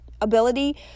ability